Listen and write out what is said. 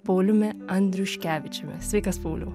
pauliumi andriuškevičiumi sveikas pauliau